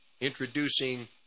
introducing